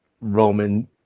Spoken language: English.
Roman